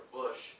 bush